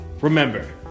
remember